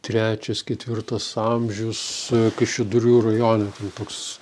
trečias ketvirtas amžius kaišiadorių rajone toks